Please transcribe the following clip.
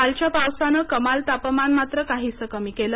कालच्या पावसानं कमाल तापमान मात्र काहीसं कमी झालं